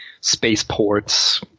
spaceports